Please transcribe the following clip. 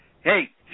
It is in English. Hey